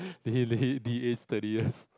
really D A study years